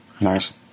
Nice